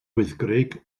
wyddgrug